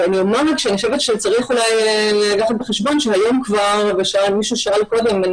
אני חושבת שצריך אולי לקחת בחשבון שהיום כבר מישהו שאל קודם,